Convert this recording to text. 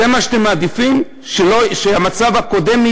זה מה שאתם מעדיפים, שיהיה המצב הקודם?